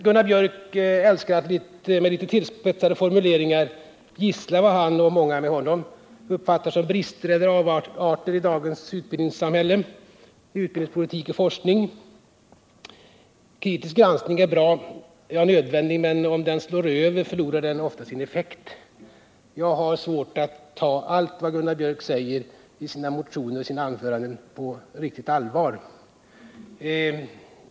Gunnar Biörck älskar att med litet tillspetsade formuleringar gissla vad han och många med honom uppfattar som brister eller avarter i dagens utbildningssamhälle, utbildningspolitik och forskning. Kritisk granskning är bra och nödvändig, men om den slår över, förlorar den ofta sin effekt. Jag har svårt att ta allt vad Gunnar Biörck säger i sina motioner och anföranden på riktigt allvar.